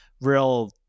real